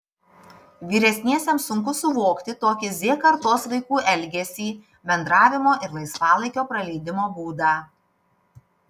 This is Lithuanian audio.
vyresniesiems sunku suvokti tokį z kartos vaikų elgesį bendravimo ir laisvalaikio praleidimo būdą